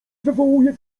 wywołuje